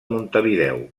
montevideo